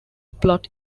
plot